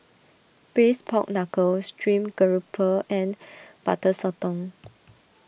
Braised Pork Knuckle Stream Grouper and Butter Sotong